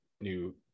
new